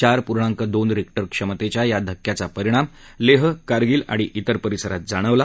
चार पूर्णांक दोन रिक्टर क्षमतेच्या या धक्क्याचा परिणाम लेह कारगिल आणि इतर परिसरात जाणवला